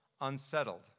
Unsettled